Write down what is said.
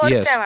Yes